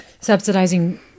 subsidizing